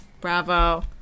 Bravo